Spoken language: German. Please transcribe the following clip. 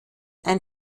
ein